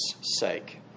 sake